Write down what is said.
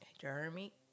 Jeremy